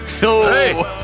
Hey